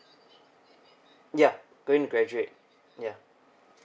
ya going to graduate ya